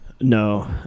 No